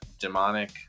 demonic